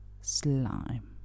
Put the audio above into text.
slime